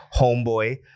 homeboy